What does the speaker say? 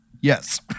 Yes